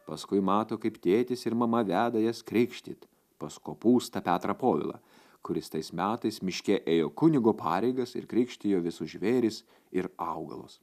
paskui mato kaip tėtis ir mama veda jas krikštyt pas kopūstą petrą povilą kuris tais metais miške ėjo kunigo pareigas ir krikštijo visus žvėris ir augalus